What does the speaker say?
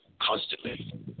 Constantly